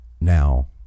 Now